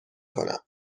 کنم